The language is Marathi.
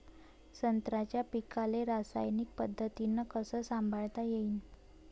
संत्र्याच्या पीकाले रासायनिक पद्धतीनं कस संभाळता येईन?